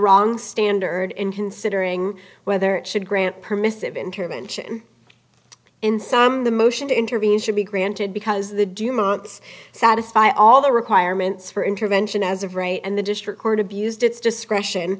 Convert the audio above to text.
wrong standard in considering whether it should grant permissive intervention in sum the motion to intervene should be granted because the duma it's satisfy all the requirements for intervention as of right and the district court abused its discretion